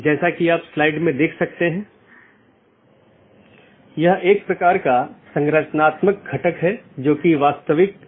यह केवल उन्हीं नेटवर्कों के विज्ञापन द्वारा पूरा किया जाता है जो उस AS में या तो टर्मिनेट होते हैं या उत्पन्न होता हो यह उस विशेष के भीतर ही सीमित है